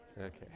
Okay